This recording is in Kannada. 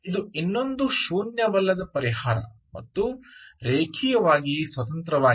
ಇದು ಇನ್ನೊಂದು ಶೂನ್ಯವಲ್ಲದ ಪರಿಹಾರ ಮತ್ತು ರೇಖೀಯವಾಗಿ ಸ್ವತಂತ್ರವಾಗಿದೆ